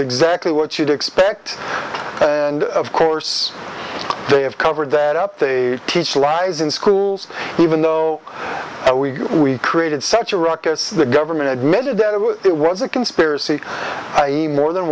exactly what you'd expect and of course they have covered that up they teach lies in schools even though we created such a ruckus the government admitted that it was a conspiracy i e more than